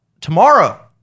tomorrow